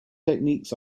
techniques